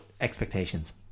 expectations